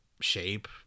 shape